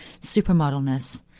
supermodelness